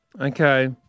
Okay